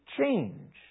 change